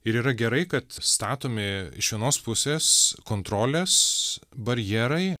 ir yra gerai kad statomi iš vienos pusės kontrolės barjerai